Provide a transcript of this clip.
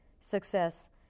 success